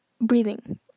breathing